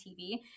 TV